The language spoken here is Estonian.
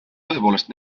tõepoolest